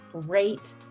great